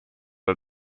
are